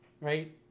right